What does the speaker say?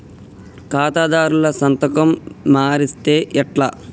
ఖాతాదారుల సంతకం మరిస్తే ఎట్లా?